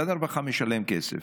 משרד הרווחה משלם כסף.